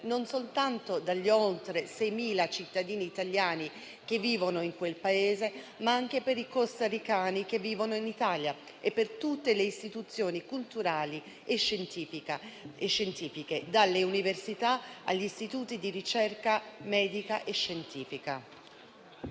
non soltanto dagli oltre 6.000 cittadini italiani che vivono in quel Paese, ma anche per i costaricani che vivono in Italia e per tutte le istituzioni culturali e scientifiche, dalle università agli istituti di ricerca medica e scientifica.